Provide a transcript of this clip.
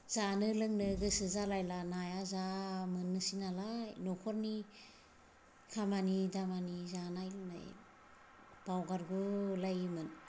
जानो लोंनो गोसो जालायला नाया जा मोननोसै नालाय न'खरनि खामानि दामानि जानाय लुनाय बावगारगुलायोमोन